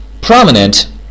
Prominent